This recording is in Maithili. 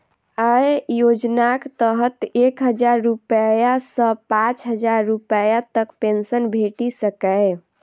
अय योजनाक तहत एक हजार रुपैया सं पांच हजार रुपैया तक पेंशन भेटि सकैए